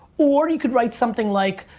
or you could write something like,